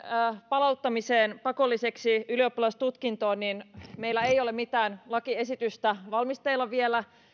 palauttamiseen pakolliseksi ylioppilastutkintoon niin meillä ei ole mitään lakiesitystä valmisteilla vielä